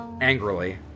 Angrily